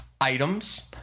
items